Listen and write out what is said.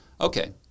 okay